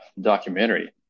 documentary